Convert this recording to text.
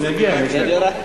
אני אגיע לזה.